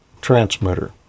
transmitter